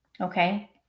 okay